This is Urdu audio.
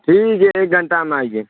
ٹھیک ہے ایک گھنٹہ میں آئیے